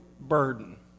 burden